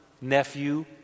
nephew